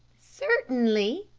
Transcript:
certainly,